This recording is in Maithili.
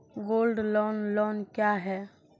गोल्ड लोन लोन क्या हैं?